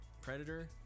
predator